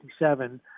1957